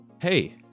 hey